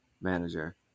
manager